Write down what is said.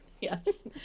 Yes